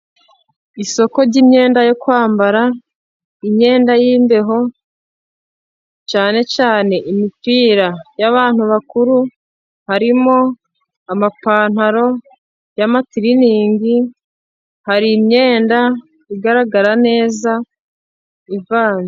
Isoko ry'imyenda yo kwambara. Imyenda y'imbeho, cyane cyane imipira y'abantu bakuru. Harimo amapantaro y'amatiringi. Hari imyenda igaragara neza ivanze.